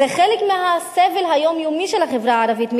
זה חלק מהסבל היומיומי של החברה הערבית,